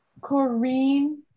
Corrine